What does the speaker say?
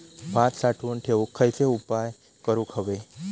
भात साठवून ठेवूक खयचे उपाय करूक व्हये?